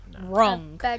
Wrong